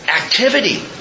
activity